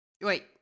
Wait